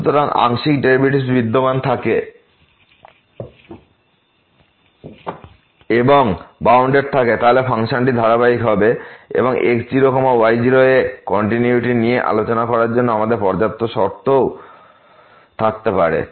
সুতরাং যদি আংশিক ডেরিভেটিভস বিদ্যমান থাকে এবং সেগুলি বাউন্ডেড থাকে তাহলে ফাংশনটি ধারাবাহিক হবে এবং x0y0 এ এই কন্টিনিউয়িটি নিয়ে আলোচনা করার জন্য আমাদের পর্যাপ্ত শর্তও থাকতে পারে